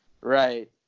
Right